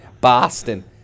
Boston